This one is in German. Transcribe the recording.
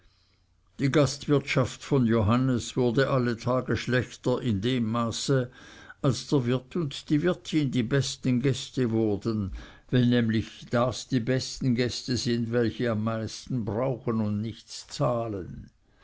die gastwirtschaft von johannes wurde alle tage schlechter in dem maße als der wirt und die wirtin die besten gäste wurden wenn das nämlich die besten gäste sind welche am meisten brauchen und nichts zahlen